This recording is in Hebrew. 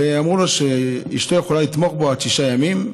ואמרו לו שאשתו יכולה לתמוך בו עד שישה ימים,